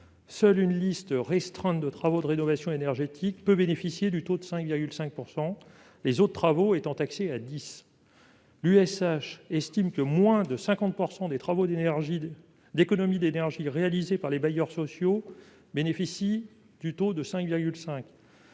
seule une liste restreinte de travaux de rénovation énergétique ouvre le bénéfice du taux de 5,5 %, les autres travaux étant taxés à 10 %. L'Union sociale pour l'habitat (USH) estime que moins de 50 % des travaux d'économies d'énergie réalisés par les bailleurs sociaux bénéficient du taux de 5,5 %.